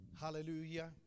Hallelujah